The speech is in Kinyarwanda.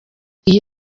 iyi